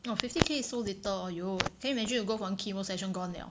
!wah! fifty K is so little !aiyo! can imagine you go for one chemo session gone liao